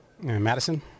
Madison